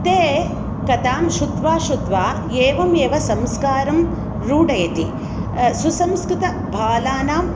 ते कतां श्रुत्वा श्रुत्वा एवमेव संस्कारं रूडयति सुसंस्कृतबालानां